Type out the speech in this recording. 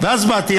אז באתי,